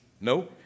no